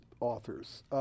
authors